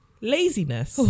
laziness